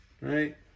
Right